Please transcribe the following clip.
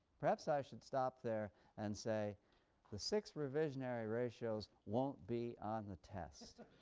perhaps i should stop there and say the six revisionary ratios won't be on the test.